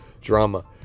drama